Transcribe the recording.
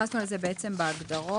התייחסו לזה בעצם בהגדרות,